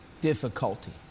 Difficulty